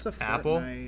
Apple